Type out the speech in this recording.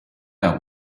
out